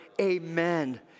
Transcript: amen